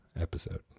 episode